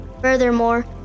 Furthermore